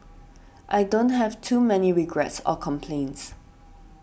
I don't have too many regrets or complaints